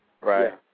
Right